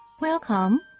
Welcome